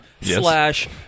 slash